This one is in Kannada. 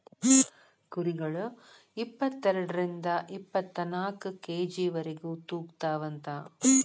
ಕುರಿಗಳ ಇಪ್ಪತೆರಡರಿಂದ ಇಪ್ಪತ್ತನಾಕ ಕೆ.ಜಿ ವರೆಗು ತೂಗತಾವಂತ